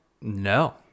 no